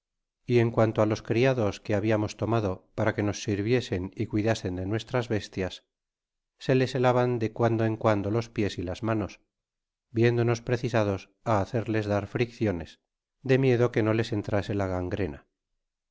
y en cuanto á los criados que habiamos tomado para que nos sirviesen y cuidasen de nuestras bestias se les helaban de cuando en cuando los pies y las manos viéndonos precisados a hacerles dar fricciones de miedo que no les entrase la gangrenas